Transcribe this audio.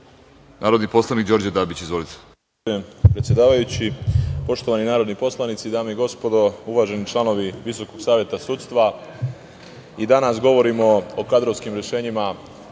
narodni poslanik Đorđe Dabić. Izvolite.